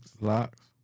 Locks